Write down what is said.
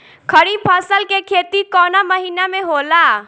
खरीफ फसल के खेती कवना महीना में होला?